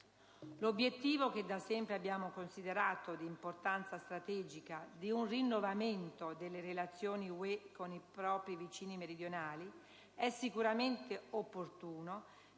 L'obiettivo - che da sempre abbiamo considerato di importanza strategica - di un rinnovamento delle relazioni dell'Unione con i propri vicini meridionali è sicuramente opportuno,